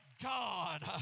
God